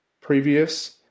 previous